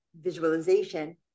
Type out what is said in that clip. visualization